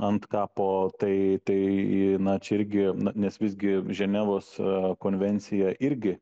ant kapo tai tai na čia irgi nes visgi ženevos konvencija irgi